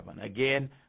Again